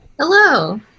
Hello